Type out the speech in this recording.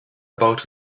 about